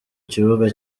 kibuga